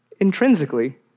Intrinsically